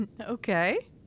Okay